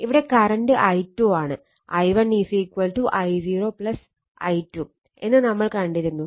ഇവിടെ current I2 ആണ് I1 I0 I2 എന്ന് നമ്മൾ കണ്ടിരുന്നു